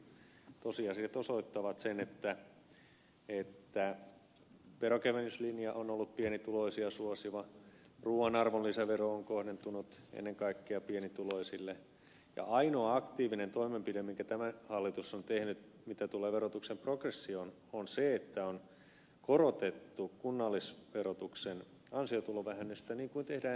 mutta kuitenkin tosiasiat osoittavat sen että veronkevennyslinja on ollut pienituloisia suosiva ruuan arvonlisävero on kohdentunut ennen kaikkea pienituloisille ja ainoa aktiivinen toimenpide minkä tämä hallitus on tehnyt mitä tulee verotuksen progressioon on se että on korotettu kunnallisverotuksen ansiotulovähennystä niin kuin tehdään ensi vuonnakin